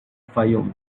fayoum